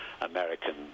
american